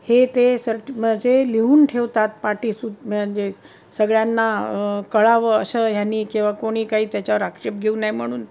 हे ते सर्ट म्हणजे लिहून ठेवतात पाटी सु म्हणजे सगळ्यांना कळावं अशाने किंवा कोणी काही त्याच्यावर आक्षेप घेऊ नाही म्हणून